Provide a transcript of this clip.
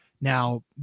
Now